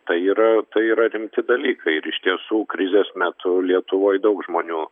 tai yra tai yra rimti dalykai ir iš tiesų krizės metu lietuvoj daug žmonių